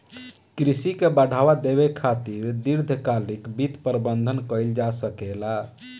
कृषि के बढ़ावा देबे खातिर दीर्घकालिक वित्त प्रबंधन कइल जा सकेला